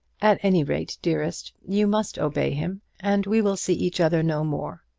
at any rate, dearest, you must obey him and we will see each other no more.